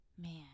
Man